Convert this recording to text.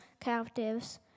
captives